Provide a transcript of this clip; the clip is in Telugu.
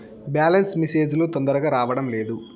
బ్యాలెన్స్ మెసేజ్ లు తొందరగా రావడం లేదు?